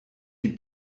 die